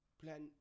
plan